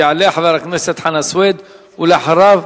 יעלה חבר הכנסת חנא סוייד, ולאחריו,